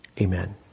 Amen